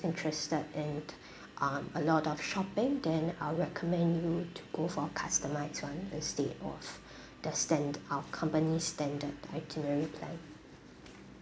interested in um a lot of shopping then I'll recommend you to go for a customised [one] instead of the stand~ our company's standard itinerary plan